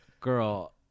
Girl